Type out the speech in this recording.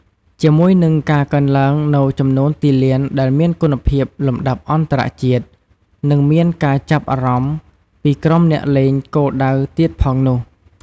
ជាមួយនឹងការកើនឡើងនូវចំនួនទីលានដែលមានគុណភាពលំដាប់អន្តរជាតិ និងមានការចាប់អារម្មណ៍ពីក្រុមអ្នកលេងគោលដៅទៀតផងនោះ។